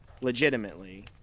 legitimately